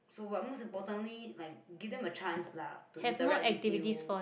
so like most importantly like give them a chance lah to interact with you